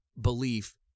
belief